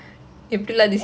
you mean this year